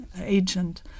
agent